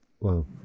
Wow